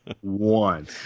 one